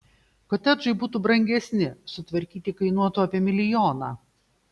kotedžai būtų brangesni sutvarkyti kainuotų apie milijoną